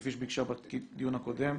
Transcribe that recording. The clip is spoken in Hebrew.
כפי שביקשה בדיון הקודם,